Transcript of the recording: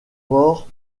port